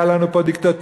הייתה לנו פה דיקטטורה,